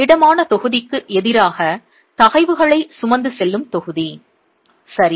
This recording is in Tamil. திடமான தொகுதிக்கு எதிராக தகைவுகளை சுமந்து செல்லும் தொகுதி சரி